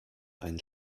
einen